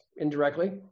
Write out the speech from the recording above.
indirectly